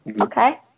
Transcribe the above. okay